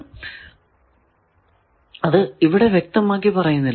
നാം അത് ഇവിടെ വ്യക്തമാക്കി പറയുന്നില്ല